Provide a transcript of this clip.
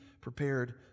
prepared